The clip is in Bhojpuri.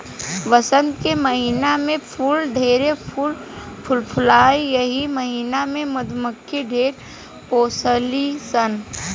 वसंत के महिना में फूल ढेरे फूल फुलाला एही महिना में मधुमक्खी ढेर पोसली सन